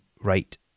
right